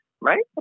right